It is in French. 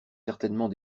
certainement